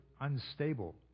unstable